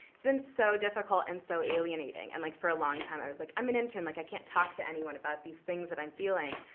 it's been so difficult and so alienating. and like for a long time, i was like, i'm an intern. like, i can't talk to anyone about these things that i'm feeling.